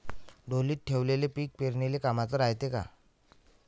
ढोलीत ठेवलेलं पीक पेरनीले कामाचं रायते का?